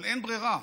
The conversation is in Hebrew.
אבל אין ברירה.